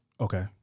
Okay